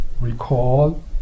recall